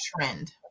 trend